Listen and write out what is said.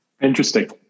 Interesting